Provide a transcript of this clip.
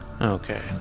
Okay